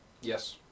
Yes